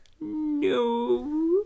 No